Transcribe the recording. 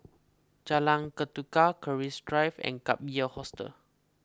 Jalan Ketuka Keris Drive and Gap Year Hostel